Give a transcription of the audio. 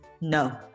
No